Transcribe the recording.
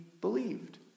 believed